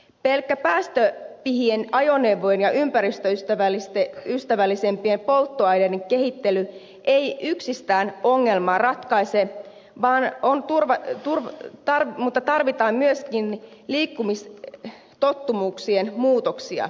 pelkkä päästöpihien ajoneuvojen ja ympäristöystävällisempien polttoaineiden kehittely ei yksistään ongelmaa ratkaisee maine on turva etu ratkaise vaan tarvitaan myöskin liikkumistottumuksien muutoksia